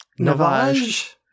Navaj